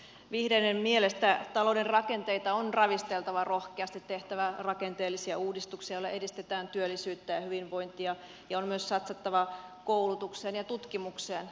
vihreiden mielestä talouden rakenteita on ravisteltava rohkeasti on tehtävä rakenteellisia uudistuksia joilla edistetään työllisyyttä ja hyvinvointia ja on myös satsattava koulutukseen ja tutkimukseen